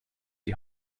die